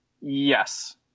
Yes